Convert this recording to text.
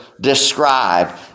describe